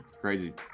Crazy